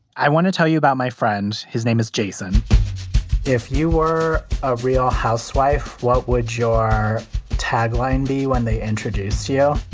i want to tell you about my friend. his name is jason if you were a real housewife, what would your tagline be when they introduced yeah